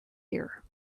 here